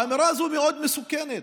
האמירה הזאת מאוד מסוכנת.